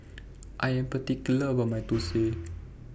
I Am particular about My Thosai